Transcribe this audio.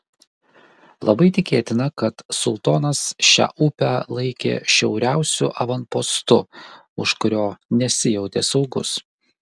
labai tikėtina kad sultonas šią upę laikė šiauriausiu avanpostu už kurio nesijautė saugus